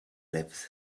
lives